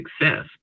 success